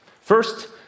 First